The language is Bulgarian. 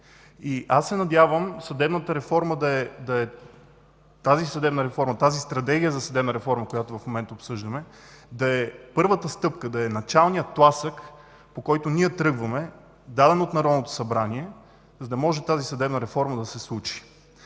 И аз се надявам тази стратегия за съдебна реформа, която в момента обсъждаме, да е първата стъпка, да е началният тласък, даден от Народното събрание, по който ние тръгваме, за да може тази съдебна реформа да се случи.